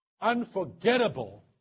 unforgettable